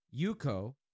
Yuko